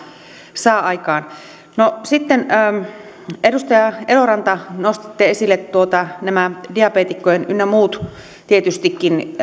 saa aikaan edustaja eloranta nostitte esille nämä diabeetikkoja koskevat ynnä muut tietysti